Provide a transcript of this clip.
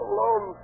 Alone